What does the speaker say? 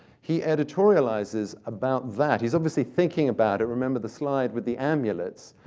he editorializes about that. he's obviously thinking about it. remember the slide with the amulets.